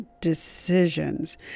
decisions